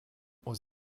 was